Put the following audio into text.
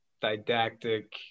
didactic